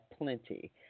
plenty